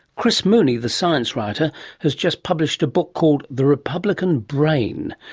chris mooney the science writer has just published a book called the republican brain,